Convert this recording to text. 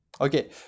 Okay